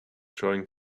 trying